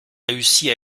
réussit